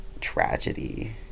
tragedy